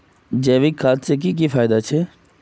जैविक खाद से की की फायदा छे?